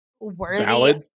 worthy